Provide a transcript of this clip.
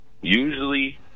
Usually